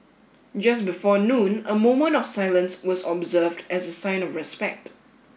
just before noon a moment of silence was observed as a sign of respect